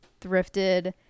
thrifted